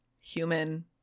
human